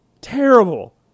terrible